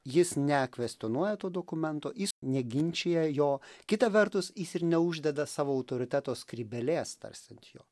jis nekvestionuoja to dokumento jis neginčija jo kita vertus jis ir neuždeda savo autoriteto skrybėlės tarsi ant jo